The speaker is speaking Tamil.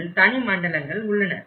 அதில் தனி மண்டலங்கள் உள்ளன